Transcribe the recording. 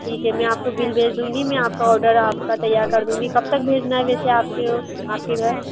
ठीक हे मैं आपको बिल भेज दूँगी में आपका ऑर्डर आपका तैयार कर दूँगी कब तक भेजना है वेसे आपके वो आपके घर